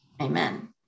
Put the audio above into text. Amen